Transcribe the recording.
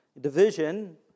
Division